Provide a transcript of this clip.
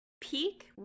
Peak